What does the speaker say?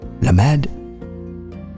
Lamed